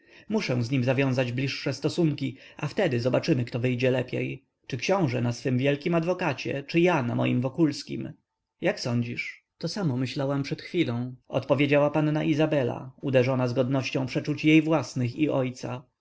muszę z nim zawiązać bliższe stosunki a wtedy zobaczymy kto wyjdzie lepiej czy książe na swoim wielkim adwokacie czy ja na moim wokulskim jak sądzisz to samo myślałam przed chwilą odpowiedziała panna izabela uderzona zgodnością przeczuć jej własnych i ojca